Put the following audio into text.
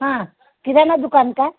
हा किराणा दुकान का